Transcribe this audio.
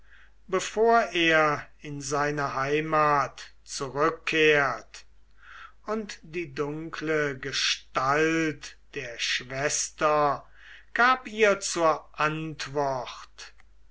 bevor er in seine heimat zurückkehrt und die dunkle gestalt der schwester gab ihr zur antwort